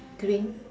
green